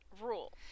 rule